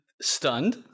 Stunned